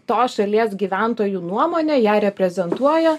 tos šalies gyventojų nuomonę ją reprezentuoja